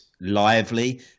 lively